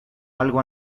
algo